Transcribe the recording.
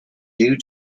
due